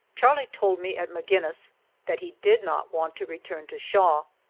charlie told me at maginnis that he did not want to return to shaw,